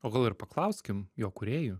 o gal ir paklauskim jo kūrėjų